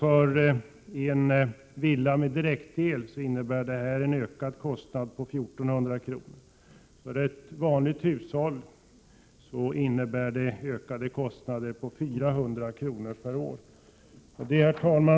För en villa med direktel innebär detta en kostnadsökning om 1 400 kr. För ett vanligt hushåll blir kostnadsökningen 400 kr. per år. Herr talman!